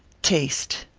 taste,